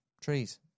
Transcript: Trees